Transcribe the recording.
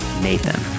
Nathan